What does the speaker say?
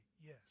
Yes